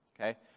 okay